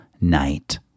night